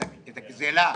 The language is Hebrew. את הגזלה,